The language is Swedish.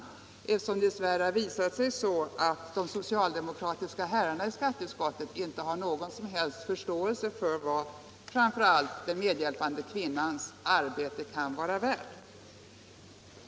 Det har dess värre visat sig att de socialdemokratiska herrarna i skatteutskottet inte har någon som helst förståelse för vad framför allt den medhjälpande kvinnans arbete kan vara värt.